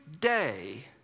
day